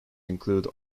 include